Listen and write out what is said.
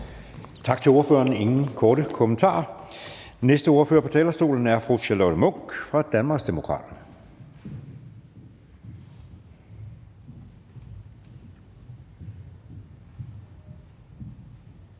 Tak til ordføreren. Der er ingen korte bemærkninger. Næste ordfører på talerstolen er fru Charlotte Munch fra Danmarksdemokraterne.